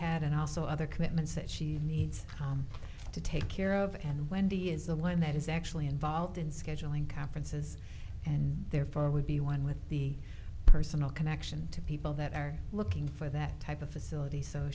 had and also other commitments that she needs to take care of and wendy is a one that is actually involved in scheduling conferences and therefore would be one with the personal connection to people that are looking for that type of facility so